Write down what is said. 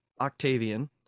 octavian